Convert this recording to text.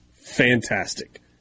fantastic